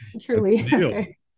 Truly